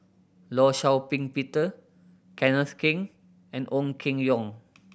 Law Shau Ping Peter Kenneth Keng and Ong Keng Yong